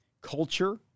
culture